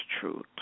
truth